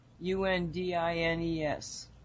U-N-D-I-N-E-S